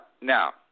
Now